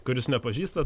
kuris nepažįsta